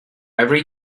every